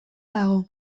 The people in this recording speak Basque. dago